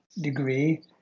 degree